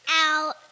out